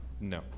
No